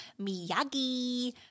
Miyagi